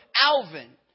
Alvin